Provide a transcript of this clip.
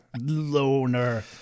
loner